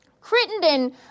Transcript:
Crittenden